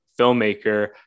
filmmaker